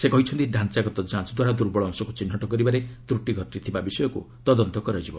ସେ କହିଛନ୍ତି ଢ଼ାଞ୍ଚାଗତ ଯାଞ୍ଚ ଦ୍ୱାରା ଦୁର୍ବଳ ଅଂଶକୁ ଚିହ୍ନଟ କରିବାରେ ତ୍ରଟି ଘଟିଥିବା ବିଷୟକୁ ତଦନ୍ତ କରାଯିବ